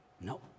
No